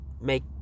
make